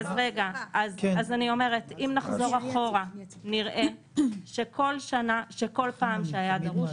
אם נחזור אחורה נראה שבכל פעם שהיה דרוש,